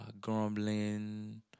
grumbling